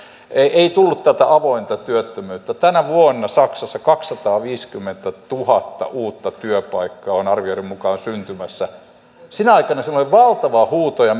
ei tullut tätä avointa työttömyyttä tänä vuonna saksassa on kaksisataaviisikymmentätuhatta uutta työpaikkaa arvioiden mukaan syntymässä sinä aikana siellä oli valtava huuto ja